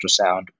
ultrasound